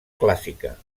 clàssica